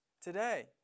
today